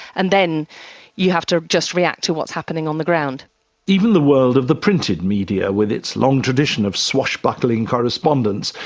and then you have to just react to what's happening on the ground even the world of the printed media, with its long tradition of swashbuckling correspondents,